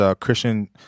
Christian